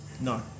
No